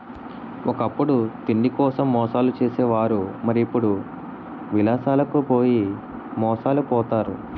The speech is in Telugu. ఒకప్పుడు తిండికోసం మోసాలు చేసే వారు మరి ఇప్పుడు విలాసాలకు పోయి మోసాలు పోతారు